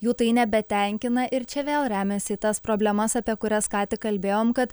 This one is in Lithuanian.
jų tai nebetenkina ir čia vėl remiasi į tas problemas apie kurias ką tik kalbėjom kad